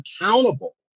accountable